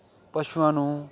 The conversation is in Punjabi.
ਪਸ਼ੂਆਂ ਨੂੰ